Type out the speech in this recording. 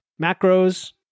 macros